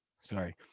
Sorry